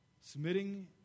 Submitting